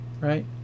Right